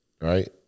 Right